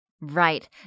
Right